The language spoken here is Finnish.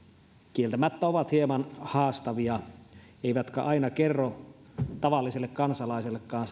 kieltämättä ovat hieman haastavia eivätkä aina kerro tavalliselle kansalaisellekaan